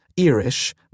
Irish